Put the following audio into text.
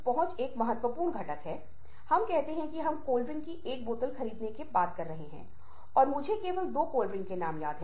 वह एक व्यक्ति को ढूंढता है जो सो रहा हैउसे भी वही बात बताने की कोशिश करता है लेकिन वह व्यक्ति भी नहीं सुनता है